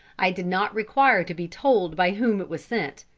i did not require to be told by whom was sent.